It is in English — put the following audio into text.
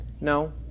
No